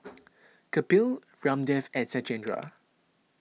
Kapil Ramdev and Satyendra